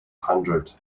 hundred